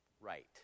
right